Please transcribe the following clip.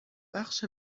بخش